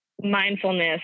Mindfulness